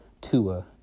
Tua